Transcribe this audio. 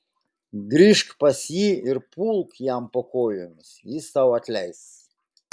grįžk pas jį ir pulk jam po kojomis jis tau atleis